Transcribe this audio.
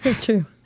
True